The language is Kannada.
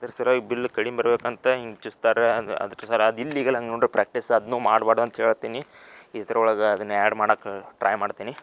ಅದ್ರ ಸಲುವಾಗಿ ಬಿಲ್ ಕಡಿಮೆ ಬರ್ಬೇಕಂತ ಹಿಂಗೆ ಚುಚ್ತಾರೆ ಅದು ಅದು ಸರ್ರ ಅದು ಇಲ್ಲೀಗಲ್ ಪ್ರಾಕ್ಟಿಸ್ ಅದನ್ನೂ ಮಾಡ್ಬಾರ್ದಾ ಅಂತ ಹೇಳ್ತೀನಿ ಇದ್ರೊಳಗೆ ಅದ್ನ ಆ್ಯಡ್ ಮಾಡೋಕೆ ಟ್ರೈ ಮಾಡ್ತೀನಿ